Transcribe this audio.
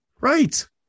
Right